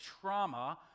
trauma